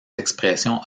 expressions